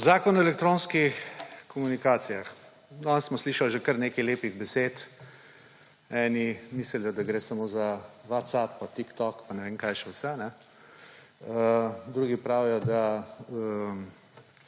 Zakon o elektronskih komunikacijah – danes smo slišali že kar nekaj lepih besed. Eni mislijo, da gre samo za WhatsApp in TikTok in ne vem kaj še vse, drugi pravijo, da